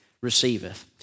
receiveth